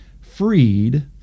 freed